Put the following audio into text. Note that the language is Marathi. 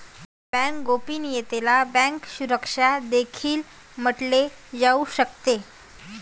बँक गोपनीयतेला बँक सुरक्षा देखील म्हटले जाऊ शकते